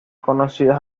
conocidas